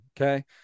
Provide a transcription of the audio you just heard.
okay